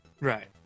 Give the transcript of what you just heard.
right